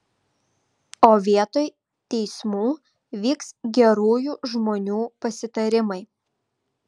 o vietoj teismų vyks gerųjų žmonių pasitarimai